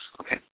Okay